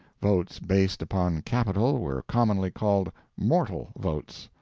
votes based upon capital were commonly called mortal votes,